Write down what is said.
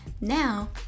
Now